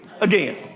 again